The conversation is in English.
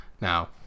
Now